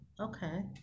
okay